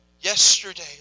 yesterday